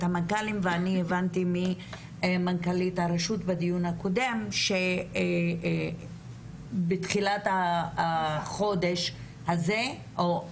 המנכ"לים ואני הבנתי ממנכ"לית הרשות בדיון הקודם שבתחילת החודש שעבר,